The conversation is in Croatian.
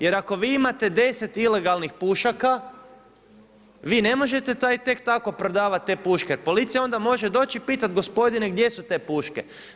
Jer ako vi imate 10 ilegalnih pušaka vi ne možete taj tek tako prodavati te puške jer policija onda može doći i pitati – gospodine gdje su te puške.